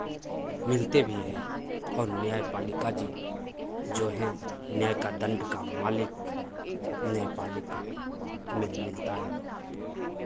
मिलते भी हैं और न्यायपालिका जी जो हैं न्याय का दण्ड का मालिक न्यायपालिका में मिलता है